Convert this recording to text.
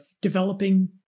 developing